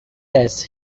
this